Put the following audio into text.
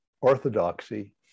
orthodoxy